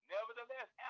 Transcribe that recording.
Nevertheless